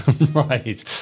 Right